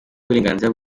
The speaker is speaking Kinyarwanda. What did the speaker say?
y’uburenganzira